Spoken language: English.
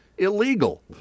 illegal